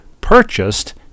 purchased